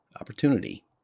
opportunity